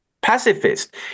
pacifist